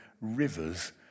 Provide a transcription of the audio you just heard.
rivers